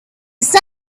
sun